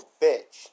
bitch